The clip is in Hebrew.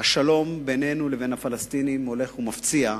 השלום בינינו לבין הפלסטינים הולך ומפציע,